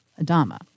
Adama